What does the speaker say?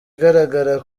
igaragara